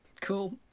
Cool